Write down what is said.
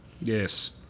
Yes